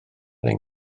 ein